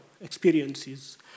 experiences